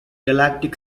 galactic